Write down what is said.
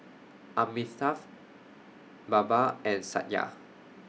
Amitabh Baba and Satya